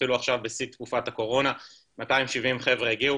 אפילו עכשיו בשיא תקופת הקורונה 270 חבר'ה הגיעו